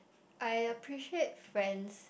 I appreciate friends